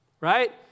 Right